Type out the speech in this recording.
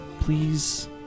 please